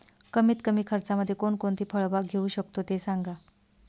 कमीत कमी खर्चामध्ये कोणकोणती फळबाग घेऊ शकतो ते सांगा